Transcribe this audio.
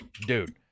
dude